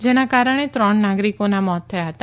જેના કારણે ત્રણ નાગરિકોના મોત થયા હતા